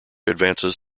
advances